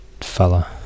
fella